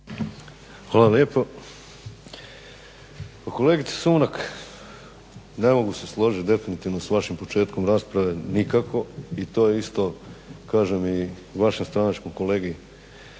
Hvala lijepa. Pa kolegice Sumrak, ne mogu se složiti definitivno sa vašim početkom rasprave nikako , i to isto, kažem i vašem stranačkom kolegi